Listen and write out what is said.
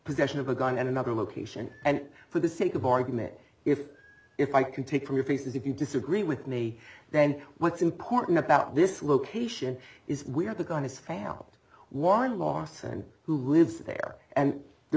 possession of a gun in another location and for the sake of argument if if i can take from your faces if you disagree with me then what's important about this location is where the gun is found one lawson who lives there and there